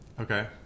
Okay